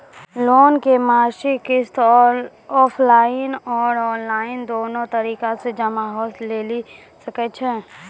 Loan के मासिक किस्त ऑफलाइन और ऑनलाइन दोनो तरीका से जमा होय लेली सकै छै?